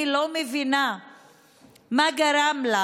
אני לא מבינה מה גרם לה